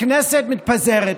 הכנסת מתפזרת,